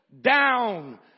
down